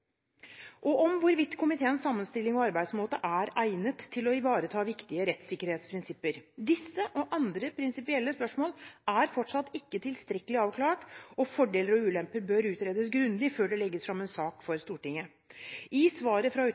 og om hvorvidt komiteens sammenstilling og arbeidsmåte er egnet til å ivareta viktige rettssikkerhetsprinsipper. Disse og andre prinsipielle spørsmål er fortsatt ikke tilstrekkelig avklart, og fordeler og ulemper bør utredes grundig før det legges fram en sak for Stortinget. I svaret fra